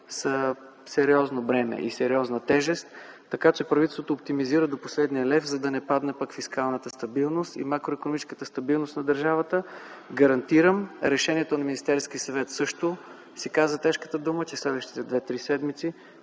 са сериозно бреме и сериозна тежест, така че правителството оптимизира до последния лев, за да не падне пък фискалната и макроикономическата стабилност на държавата. Гарантирам, решенията на Министерския съвет също си казват тежката дума, че следващите 2-3 седмици